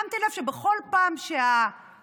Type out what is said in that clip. שמתי לב שבכל פעם שהשמאלנים,